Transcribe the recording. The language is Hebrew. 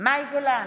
מאי גולן,